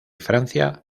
francia